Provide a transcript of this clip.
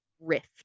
rift